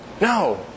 No